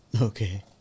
Okay